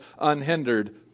unhindered